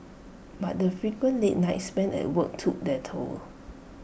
but the frequent late nights spent at work took their toll